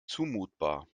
zumutbar